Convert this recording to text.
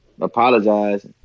apologize